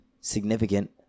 significant